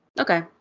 Okay